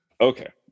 Okay